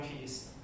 peace